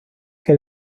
que